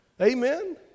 Amen